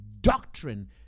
doctrine